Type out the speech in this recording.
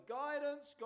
guidance